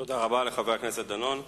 תודה רבה לחבר הכנסת דנון.